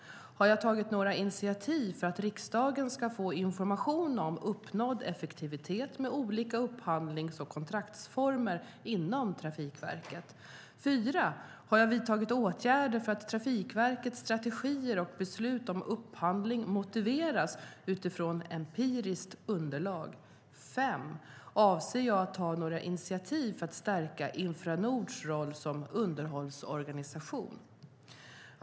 Har jag tagit några initiativ för att riksdagen ska få information om uppnådd effektivitet med olika upphandlings och kontraktsformer inom Trafikverket? 4. Har jag vidtagit åtgärder för att Trafikverkets strategier och beslut om upphandling motiveras utifrån empiriskt underlag? 5. Avser jag att ta några initiativ för att stärka Infranords roll som underhållsorganisation?